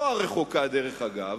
לא הרחוקה, דרך אגב,